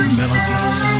melodies